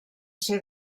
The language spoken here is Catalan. ser